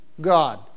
God